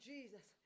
Jesus